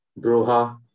Broha